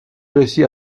réussit